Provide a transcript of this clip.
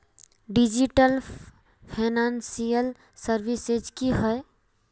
Digital financial services की होय?